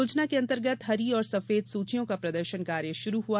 योजना के अंतर्गत हरी और सफेद सूचियों का प्रदर्शन कार्य शुरू हुआ